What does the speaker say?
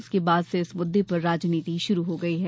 उसके बाद से इस मुद्दे पर राजनीति शुरू हो गई है